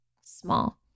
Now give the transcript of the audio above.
small